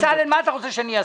בצלאל, מה אתה רוצה שאני אעשה?